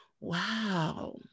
Wow